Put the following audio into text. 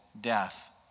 death